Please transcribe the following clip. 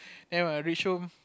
then when I reach home